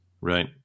Right